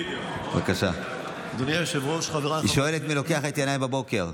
היא שואלת מי לוקח את ינאי בבוקר.